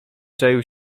czaił